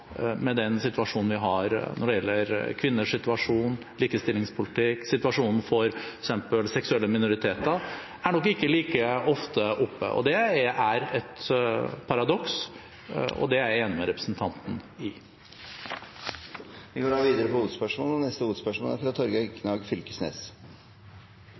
når det gjelder kvinners situasjon, likestillingspolitikk, situasjonen for f.eks. seksuelle minoriteter, er nok ikke like ofte oppe. Det er et paradoks, og det er jeg enig med representanten i. Vi går videre til neste hovedspørsmål. Havressurslova er